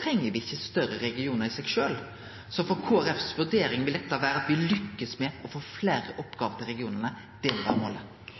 treng me ikkje større regionar i seg sjølv. Så Kristeleg Folkepartis vurdering er at å lykkast med å få fleire oppgåver til regionane må vere målet.